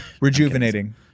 rejuvenating